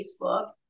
Facebook